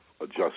adjust